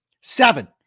seven